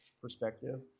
perspective